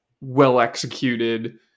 Well-executed